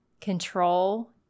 Control